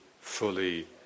fully